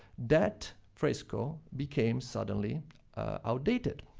that fresco became suddenly outdated.